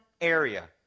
area